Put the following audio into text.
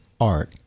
art